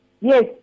Yes